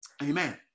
Amen